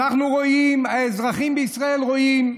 אנחנו רואים, האזרחים בישראל רואים,